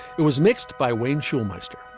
it was mixed by wayne shore, mr.